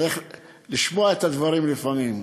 צריך לשמוע את הדברים לפעמים.